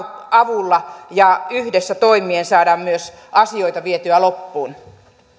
avulla yhdessä toimien saadaan myös asioita vietyä loppuun arvoisa